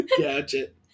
gadget